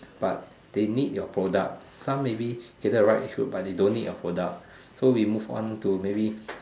but they need your product some maybe cater the right age group but they don't need your product so we move on to maybe